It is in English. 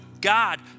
God